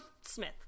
Smith